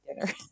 dinner